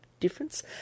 difference